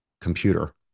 computer